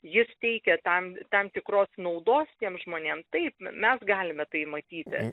jis teikė tam tam tikros naudos tiem žmonėm taip mes galime tai matyti